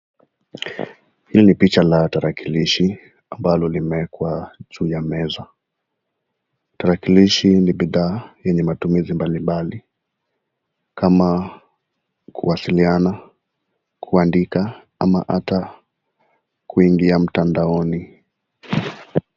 Hii ni picha la tarakilishi ambalo liwekwa juu ya meza. Tarakilishi ni bidhaa enye matumizi mbalimbali, kama kuwasiliana, kuandika ama ata kuingia mtandaoni.